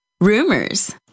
rumors